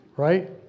Right